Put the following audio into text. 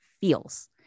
feels